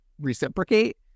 reciprocate